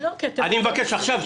אני מבקש עכשיו,